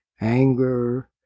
anger